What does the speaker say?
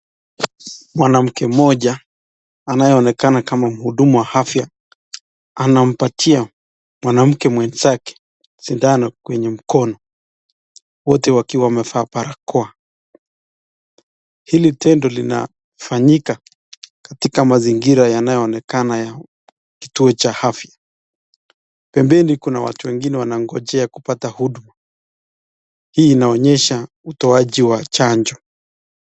Mwanamke mmoja anayeonekana kama mhudumu wa afya, anampatia mwanamke mwenzake sindano kwenye mkono wote wakiwa wamevaa barakoa. Hili tendo linafanyika katika mazingira yanayoonekana ya kituo cha afya. Pembeni kuna watu wengine wanangojea kupata huduma. Hii inaonyesha utowaji wa chanjo.